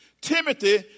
Timothy